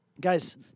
Guys